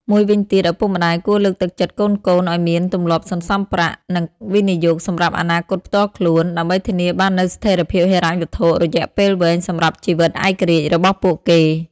មួយវិញទៀត ឪពុកម្ដាយគួរលើកទឹកចិត្តកូនៗឱ្យមានទម្លាប់សន្សំប្រាក់ និងវិនិយោគសម្រាប់អនាគតផ្ទាល់ខ្លួន ដើម្បីធានាបាននូវស្ថិរភាពហិរញ្ញវត្ថុរយៈពេលវែងសម្រាប់ជីវិតឯករាជ្យរបស់ពួកគេ។